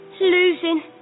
losing